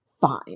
fine